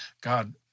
God